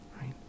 right